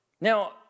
Now